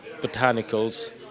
botanicals